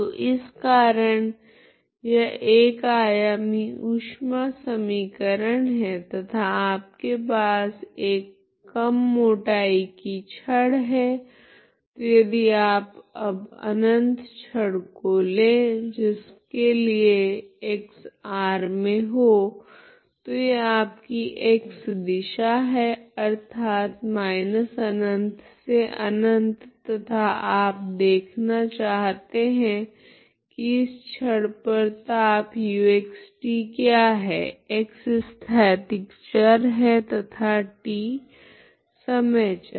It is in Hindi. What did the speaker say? तो इस कारण यह एक आयामी ऊष्मा समीकरण है तथा आपके पास एक कम मोटाई की छड़ है तो यदि आप अब अनंत छड़ को ले जिसके लिए x∈R तो यह आपकी x दिशा है अर्थात −∞−∞ तथा आप देखना चाहते है की इस छड़ पर ताप uxt क्या है x स्थैतिक चर है तथा t समय चर